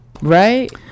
Right